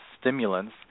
stimulants